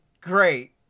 great